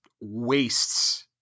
wastes